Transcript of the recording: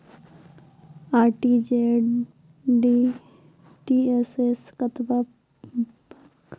RTGS सअ कतबा पाय बाहर भेज सकैत छी?